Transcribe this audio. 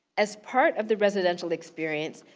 as part of the residential experience,